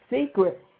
secret